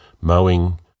mowing